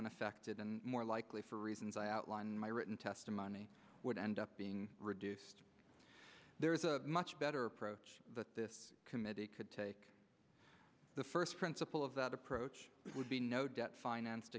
unaffected and more likely for reasons i outlined in my written testimony would end up being reduced there is a much better approach that this committee could take the first principle of that approach which would be no debt financed